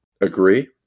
agree